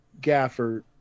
Gafford